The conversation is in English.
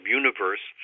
universe